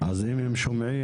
אז אם הם שומעים,